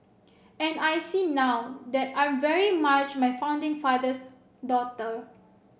and I see now that I'm very much my founding father's daughter